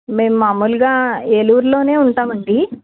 మేము మామూలుగా ఏలూరులోనే ఉంటామండి